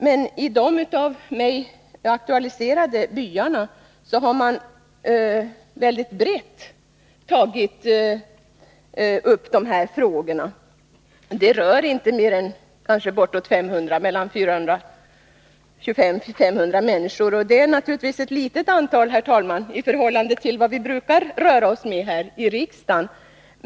Men i de av mig aktualiserade byarna har man tagit upp de här frågorna mycket brett. Det gäller inte mer än 425-500 människor, och det är naturligtvis ett litet antal i förhållande till vad vi brukar röra oss med här i riksdagen.